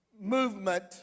movement